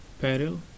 peril